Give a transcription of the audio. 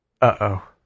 Uh-oh